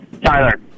tyler